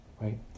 right